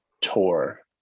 Tour